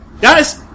Guys